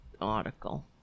article